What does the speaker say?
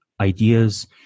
ideas